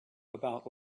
about